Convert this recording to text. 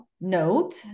note